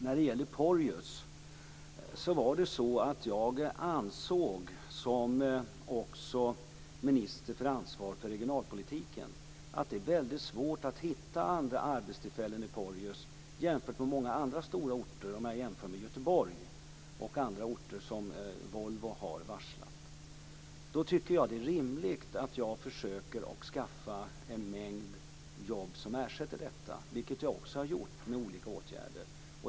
När det gäller Porjus vill jag tillägga att jag som minister med ansvar för regionalpolitiken ansåg att det är väldigt svårt att hitta andra arbetstillfällen i Porjus jämfört med hur det är på stora orter - man kan jämföra med t.ex. Göteborg och andra orter där Volvo har varslat. Då tycker jag att det är rimligt att jag försöker skaffa en mängd ersättningsjobb, vilket jag också genom olika åtgärder har gjort.